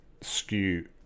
skew